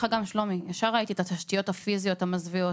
לך שלומי על התשתיות הפיזיות המזוויעות,